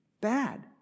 bad